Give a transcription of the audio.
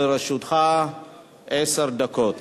לרשותך עשר דקות.